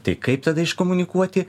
tai kaip tada iškomunikuoti